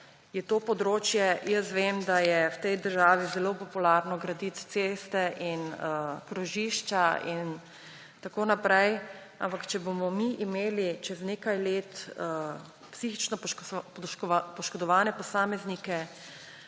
je to področje. Jaz vem, da je v tej državi zelo popularno graditi ceste in krožišča in tako naprej, ampak če bomo mi imeli čez nekaj let psihično poškodovane posameznike,